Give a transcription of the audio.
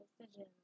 decision